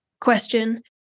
question